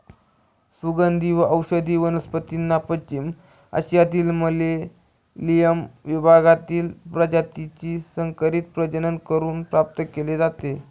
सुगंधी व औषधी वनस्पतींना पश्चिम आशियातील मेलेनियम विभागातील प्रजातीचे संकरित प्रजनन करून प्राप्त केले जाते